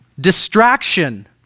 Distraction